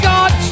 God